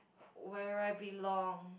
where I belong